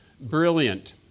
brilliant